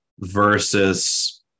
versus